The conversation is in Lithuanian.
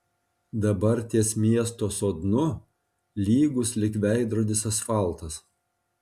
dabar ties miesto sodnu lygus lyg veidrodis asfaltas